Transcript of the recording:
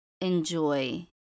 enjoy